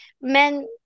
men